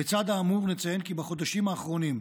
לצד האמור נציין כי בחודשים האחרונים,